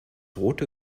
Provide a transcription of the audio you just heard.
rote